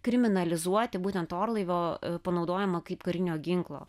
kriminalizuoti būtent orlaivio panaudojimą kaip karinio ginklo